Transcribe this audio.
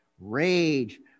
rage